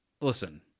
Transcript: listen